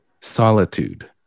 Solitude